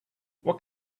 what